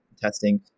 testing